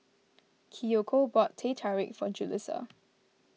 Kiyoko bought Teh Tarik for Julisa